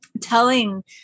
telling